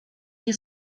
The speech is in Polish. nie